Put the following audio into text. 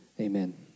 amen